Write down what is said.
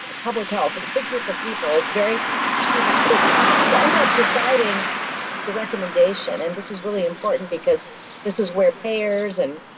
ah public health and a big group of people. it's very prestigious group who end up deciding the recommendation and this is really important because this is where payers and